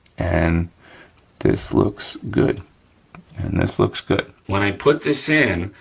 and this looks good, and this looks good. when i put this in,